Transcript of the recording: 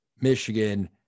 Michigan